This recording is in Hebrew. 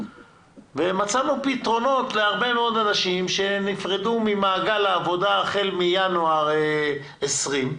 ומצאנו פתרונות להרבה מאוד אנשים שנפרדו ממעגל העבודה החל מינואר 20',